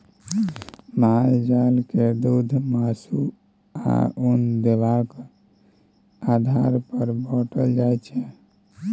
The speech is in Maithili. माल जाल के दुध, मासु, आ उन देबाक आधार पर बाँटल जाइ छै